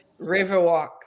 Riverwalk